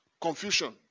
confusion